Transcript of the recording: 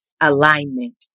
alignment